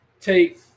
take